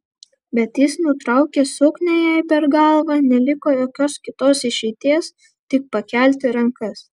bet jis nutraukė suknią jai per galvą neliko jokios kitos išeities tik pakelti rankas